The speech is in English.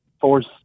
force –